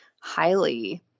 highly